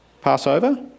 Passover